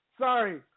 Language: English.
Sorry